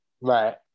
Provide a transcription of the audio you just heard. Right